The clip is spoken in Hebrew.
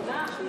תודה רבה.